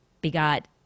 begot